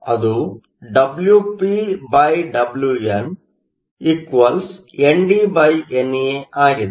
ಅದು WpWnNDNA ಅಗಿದೆ